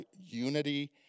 Unity